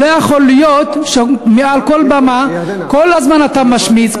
לא יכול להיות שמעל כל במה כל הזמן אתה משמיץ,